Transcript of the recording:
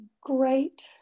great